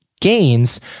gains